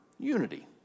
unity